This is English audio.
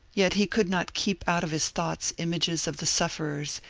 yet he could not keep out of his thoughts images of the sufferers,